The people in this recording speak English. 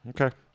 Okay